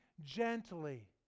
gently